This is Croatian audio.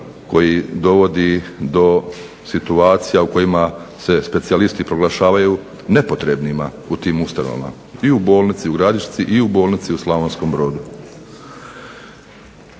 koji dovodi do situacija u kojima se specijalisti proglašavaju nepotrebnima u tim ustanovama, i u bolnici u Gradišci i u bolnici u Slavonskom Brodu.